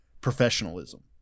professionalism